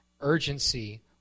Urgency